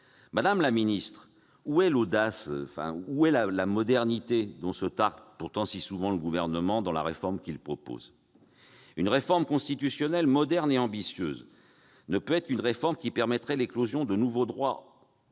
Madame la garde des sceaux, où sont l'audace et la modernité dont se targue pourtant si souvent le Gouvernement dans la réforme qu'il propose ? Une réforme constitutionnelle moderne et ambitieuse ne peut être qu'une réforme permettant l'éclosion de droits